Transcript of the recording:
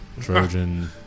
Trojan